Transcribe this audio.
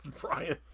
Brian